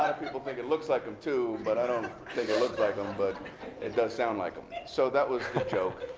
people think it looks like him too. but i don't think it looks like him. but it does sound like him. so that was the joke.